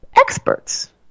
experts